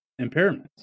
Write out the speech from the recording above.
impairments